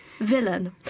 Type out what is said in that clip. villain